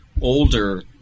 older